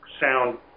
sound